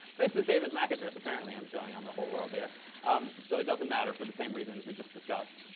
this is david's mac address apparently i'm showing on the whole world here um though it doesn't matter for the same reasons we just discussed